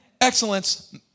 Excellence